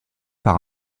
par